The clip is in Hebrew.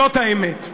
זאת האמת.